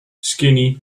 skinny